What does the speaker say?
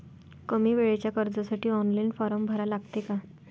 कमी वेळेच्या कर्जासाठी ऑनलाईन फारम भरा लागते का?